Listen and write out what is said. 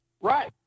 right